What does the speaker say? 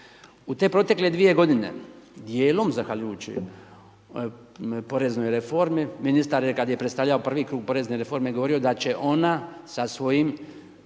U te protekle 2 godine, dijelom zahvaljujući poreznoj reformi, ministar je kada je predstavljao prvi krug porezne reforme govorio da će ona sa svojim